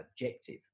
objective